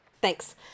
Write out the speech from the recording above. thanks